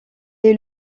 est